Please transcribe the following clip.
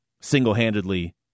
single-handedly